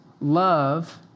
Love